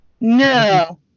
no